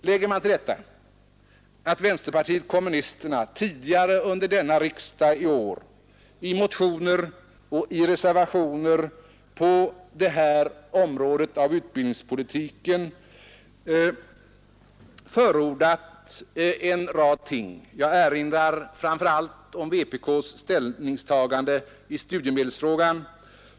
Lägger man till detta att vpk tidigare under årets riksdag i motioner och reservationer på detta område av utbildningspolitiken förordat en rad ting — jag erinrar framför allt om vpk:s ställningstagande i studiemedelsfrågan.